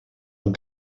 amb